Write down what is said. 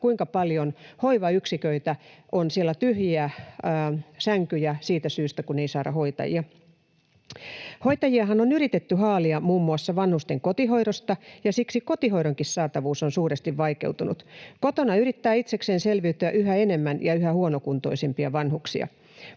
kuinka paljon hoivayksiköissä on tyhjiä sänkyjä siitä syystä, kun ei saada hoitajia. Hoitajiahan on yritetty haalia muun muassa vanhusten kotihoidosta, ja siksi kotihoidonkin saatavuus on suuresti vaikeutunut. Kotona yrittää itsekseen selviytyä yhä enemmän ja yhä huonokuntoisempia vanhuksia.